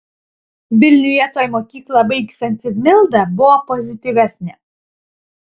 vilniuje tuoj mokyklą baigsianti milda buvo pozityvesnė